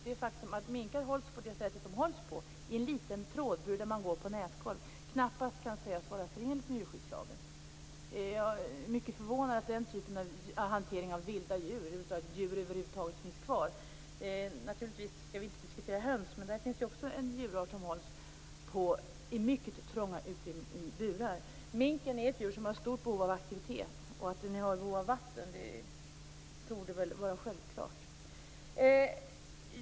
Det faktum att minkar hålls på det sätt som sker, i en liten trådbur med nätgolv, kan knappast sägas vara förenligt med djurskyddslagen. Jag är mycket förvånad över att den typen av hantering av djur över huvud taget finns kvar. Vi skall här inte diskutera höns, men också det är djur som hålls i mycket trånga burar. Minken är ett djur som har stort behov av aktivitet, och att den har behov av vatten torde vara självklart.